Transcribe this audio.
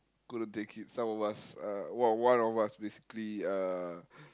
couldn't take it some of us uh one one of us basically uh